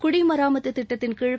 குடிமராமத்துத் திட்டத்தின்கீழ்